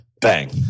bang